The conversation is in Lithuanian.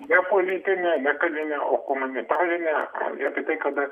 ne politinę ne karinę o humanitarinę apie tai kada